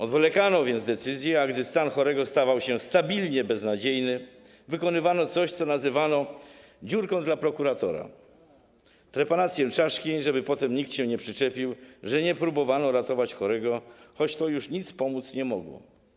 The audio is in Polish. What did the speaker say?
Odwlekano więc decyzję, a gdy stan chorego stawał się stabilnie beznadziejny, wykonywano coś, co nazywano dziurką dla prokuratora - trepanację czaszki, żeby potem nikt się nie przyczepił, że nie próbowano ratować chorego, choć to już nic pomóc nie mogło.